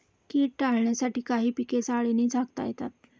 कीड टाळण्यासाठी काही पिके जाळीने झाकता येतात